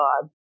God